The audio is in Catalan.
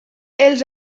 els